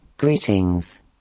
Greetings